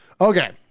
Okay